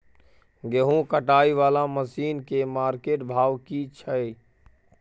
गेहूं कटाई वाला मसीन के मार्केट भाव की छै?